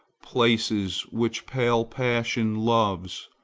places which pale passion loves,